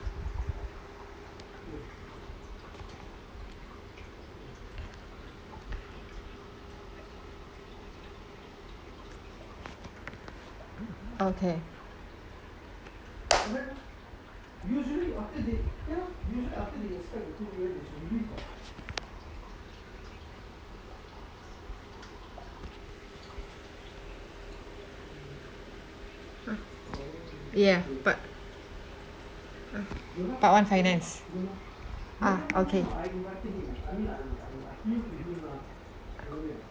okay ya part part one finance uh okay